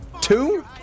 Two